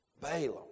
Balaam